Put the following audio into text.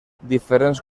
diferents